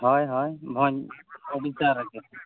ᱦᱚᱭ ᱦᱚᱭ ᱵᱷᱚᱸᱡᱽ ᱩᱲᱤᱥᱥᱟ ᱨᱮᱜᱮ